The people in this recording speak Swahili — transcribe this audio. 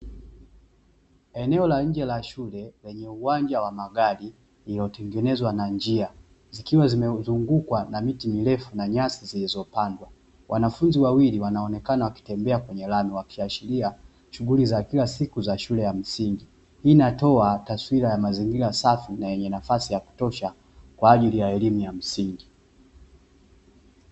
Eneo la nje la Shule uwanja wa magari umetengenezwa na njia zikiwa zimezungukwa na miti mirefu na nyasi zilizopandwa. Wanafunzi wawili wanaonekana wakitembea kwenye lami wakiashiria shughuli za kila siku za shule ya msingi, inatoa taswira ya mazingira Safi na ya kutosha Kwaajili ya Elimu ya msingi.